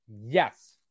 Yes